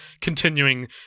continuing